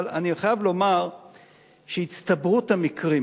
אבל אני חייב לומר שהצטברות המקרים